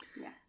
Yes